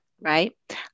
Right